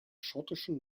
schottischen